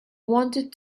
wanted